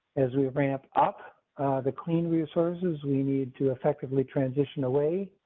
as we ramp up the clean resources, we need to effectively transition away.